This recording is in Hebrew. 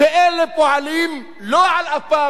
ואלה פועלים לא על אפה,